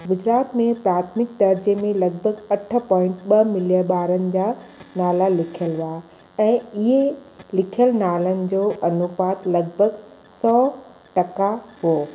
गुजरात में प्राथिमिक दर्जे में लॻभॻि अठ पॉईंट ॿ मिलियन ॿारनि जा नाला लिखियलु हुआ ऐं इहे लिखियलु नालनि जो अनुपात लगभग सौ टका हो